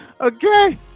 Okay